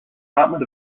department